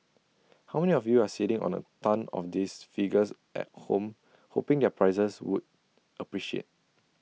how many of you are sitting on A tonne of these figures at home hoping their prices would appreciate